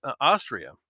Austria